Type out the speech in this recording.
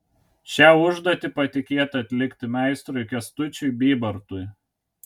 šią užduotį patikėta atlikti meistrui kęstučiui bybartui